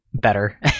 better